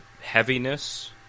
heaviness